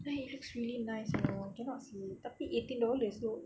then it looks really nice know cannot seh tapi eighteen dollars though